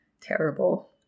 terrible